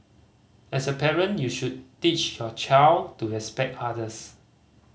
as a parent you should teach your child to respect others